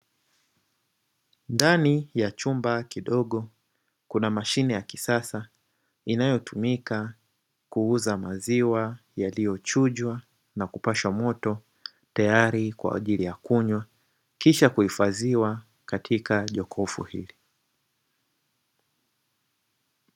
Ndani ya chumba kidogo kuna mashine ya kisasa inayotumika kuuza maziwa yaliochujwa na kupashwa moto, teyari kwa ajili ya kunywa kisha kuhifadhiwa katika jokofu hili.